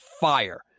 fire